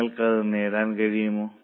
നിങ്ങൾക്ക് അത് നേടാൻ കഴിയുമോ